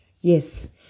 Yes